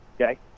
Okay